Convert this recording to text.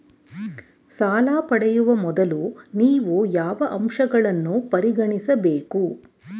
ಸಾಲ ಪಡೆಯುವ ಮೊದಲು ನೀವು ಯಾವ ಅಂಶಗಳನ್ನು ಪರಿಗಣಿಸಬೇಕು?